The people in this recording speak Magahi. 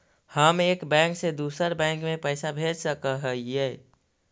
हम एक बैंक से दुसर बैंक में पैसा भेज सक हिय?